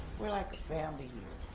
we're like a family